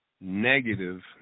negative